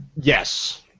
Yes